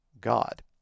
God